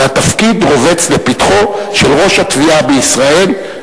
והתפקיד רובץ לפתחו של ראש התביעה בישראל,